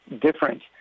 different